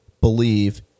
believe